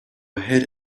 ahead